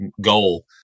goal